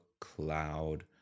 cloud